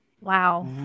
Wow